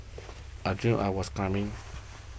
I dreamt I was climbing